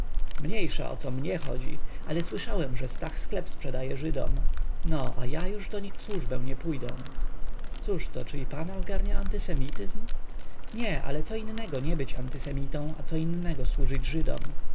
mniejsza o co mnie chodzi ale słyszałem że stach sklep sprzedaje żydom no a ja już do nich w służbę nie pójdę cóżto czy i pana ogarnia antysemityzm nie ale co innego nie być antysemitą a co innego służyć żydom